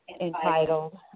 entitled